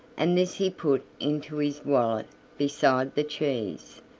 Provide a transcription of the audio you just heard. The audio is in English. and this he put into his wallet beside the cheese.